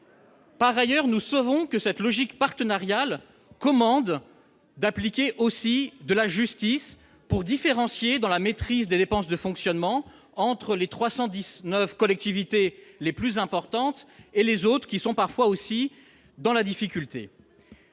Par ailleurs, nous savons que cette logique partenariale commande d'assurer aussi de la justice pour différencier, dans la maîtrise des dépenses de fonctionnement, les 319 collectivités les plus importantes et les autres, qui sont parfois aussi dans la difficulté.